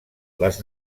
les